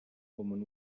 woman